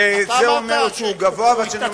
וזה אומר שהוא גבוה והשני אומר שהוא נמוך,